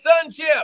sonship